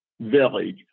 village